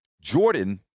Jordan